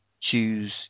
choose